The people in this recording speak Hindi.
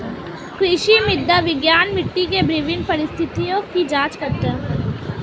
कृषि मृदा विज्ञान मिट्टी के विभिन्न परिस्थितियों की जांच करता है